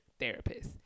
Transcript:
therapists